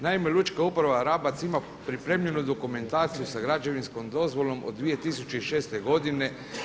Naime, Lučka uprava Rabac ima pripremljenu dokumentaciju sa građevinskom dozvolom od 2006. godine.